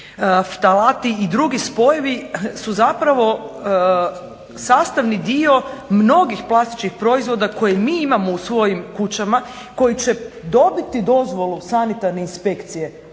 ftalati i drugi spojevi su zapravo sastavni dio mnogih plastičnih proizvoda koje mi imamo u svojim kućama, koji će dobiti dozvolu sanitarne inspekcije